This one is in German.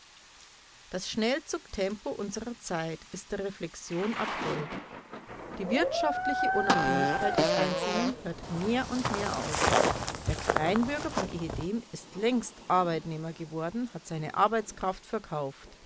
das schnellzug-tempo unserer zeit ist der reflexion abhold die wirtschaftliche unabhängigkeit des einzelnen hört mehr und mehr auf der kleinbürger von ehedem ist längst arbeitnehmer geworden hat seine arbeitskraft verkauft